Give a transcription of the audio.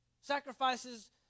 Sacrifices